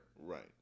Right